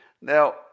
Now